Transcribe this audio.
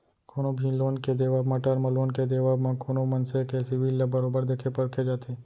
कोनो भी लोन के देवब म, टर्म लोन के देवब म कोनो मनसे के सिविल ल बरोबर देखे परखे जाथे